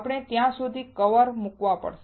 આપણે ત્યાં સુધી કવર મુકવા પડશે